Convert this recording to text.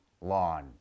lawn